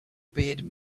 bid